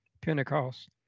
Pentecost